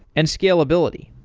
and scalability.